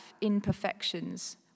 imperfections